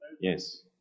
Yes